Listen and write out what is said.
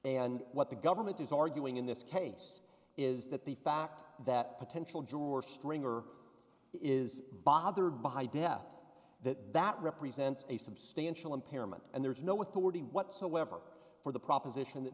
and what the government is arguing in this case is that the fact that potential juror stringer is bothered by death that that represents a substantial impairment and there's no what's the word whatsoever for the proposition that